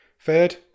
Third